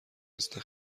مثل